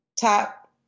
top